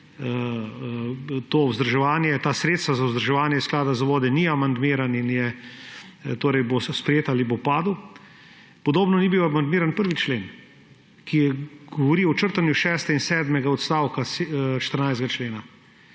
to vzdrževanje, ta sredstva za vzdrževanje iz Sklada za vode, ni amandmiran in bo vse sprejeto ali bo padel. Podobno ni bil amandmiran 1. člen, ki govori o črtanju šestega in sedmega odstavka 14. člena.